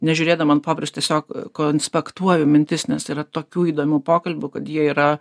nežiūrėdama ant popieriaus tiesiog konspektuoju mintis nes yra tokių įdomių pokalbių kad jie yra